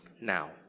Now